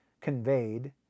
conveyed